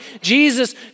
Jesus